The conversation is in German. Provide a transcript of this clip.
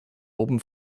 oben